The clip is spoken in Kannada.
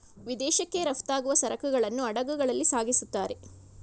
ವಿದೇಶಕ್ಕೆ ರಫ್ತಾಗುವ ಸರಕುಗಳನ್ನು ಹಡಗುಗಳಲ್ಲಿ ಸಾಗಿಸುತ್ತಾರೆ